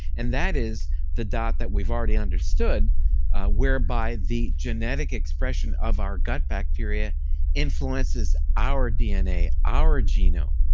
and that is the dot that we've already understood whereby the genetic expression of our gut bacteria influences our dna, our genome.